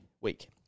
week